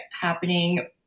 happening